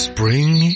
Spring